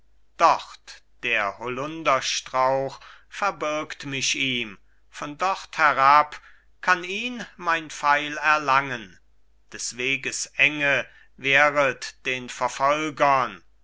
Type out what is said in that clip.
dort der holunderstrauch verbirgt mich ihm von dort herab kann ihn mein pfeil erlangen des weges enge wehret den verfolgern